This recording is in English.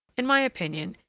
in my opinion,